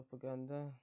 propaganda